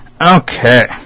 Okay